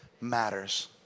matters